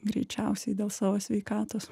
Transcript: greičiausiai dėl savo sveikatos